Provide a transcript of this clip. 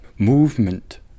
movement